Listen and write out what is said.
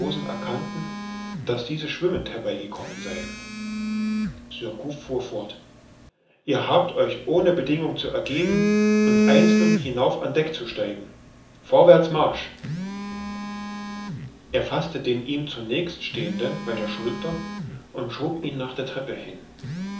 erkannten daß diese schwimmend herbeigekommen seien surcouf fuhr fort ihr habt euch ohne bedingung zu ergeben und einzeln hinauf an deck zu steigen vorwärts marsch er faßte den ihm zunächst stehenden bei der schulter und schob ihn nach der treppe hin